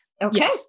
Okay